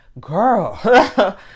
girl